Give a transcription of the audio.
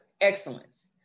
excellence